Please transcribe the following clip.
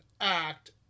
act